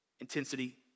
Intensity